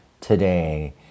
today